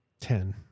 Ten